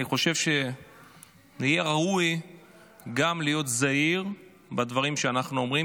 אני חושב שיהיה ראוי גם להיות זהיר בדברים שאנחנו אומרים